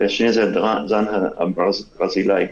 והשני זה הזן הברזילאי.